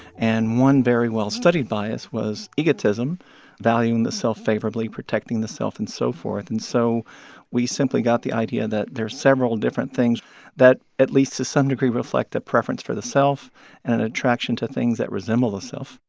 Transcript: and one very well-studied bias was egotism valuing the self favorably, protecting the self and so forth. and so we simply got the idea that there's several different things that, at least to some degree, reflect a preference for the self and attraction to things that resemble the self.